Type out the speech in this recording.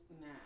Nah